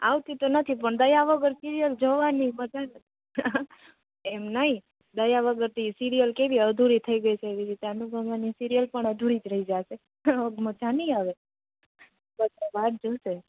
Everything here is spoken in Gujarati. આવતી તો નથી પન દયા વગર સિરિયલ જોવાની મજા જ એમ નઇ દયા વગર તો ઇ સિરિયલ કેવી અધૂરી થઈ ગઈ છે એવી રીતે અનુપમાની સિરિયલ પણ અધૂરી જ રઈ જાશે તો મજા નઇ આવે બધા વાત જોશે